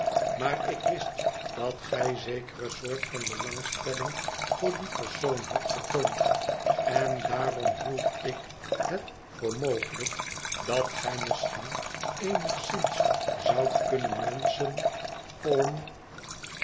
maar ik wist dat gij zekere soort van belangstelling voor dien persoon hadt getoond en daarom hield ik het voor mogelijk dat gij misschien eenigszins zoudt kunnen wenschen om